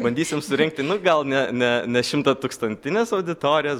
bandysim surengti nu gal ne ne ne šimtatūkstantines auditorijas